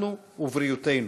אנחנו ובריאותנו.